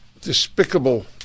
despicable